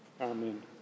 Amen